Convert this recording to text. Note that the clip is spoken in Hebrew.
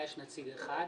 לה יש נציג אחד,